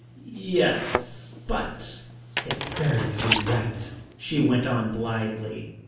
yes, but it serves you right, she went on blithely,